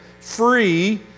free